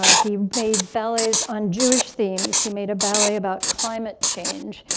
ah he made ballets on jewish themes, he made a ballet about climate change,